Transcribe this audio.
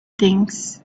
things